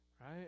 right